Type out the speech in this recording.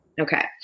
okay